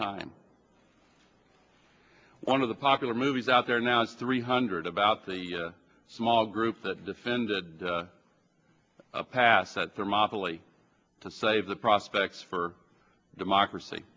time one of the popular movies out there now it's three hundred about the small group that defended a pass that from offaly to save the prospects for democracy